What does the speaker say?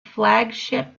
flagship